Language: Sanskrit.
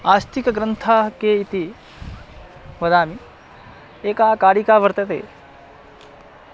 आस्तिकग्रन्थाः के इति वदामि एका कारिका वर्तते